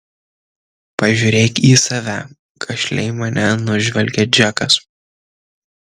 pažiūrėk į save gašliai mane nužvelgia džekas